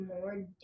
more